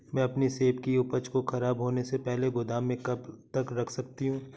मैं अपनी सेब की उपज को ख़राब होने से पहले गोदाम में कब तक रख सकती हूँ?